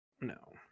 No